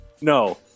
no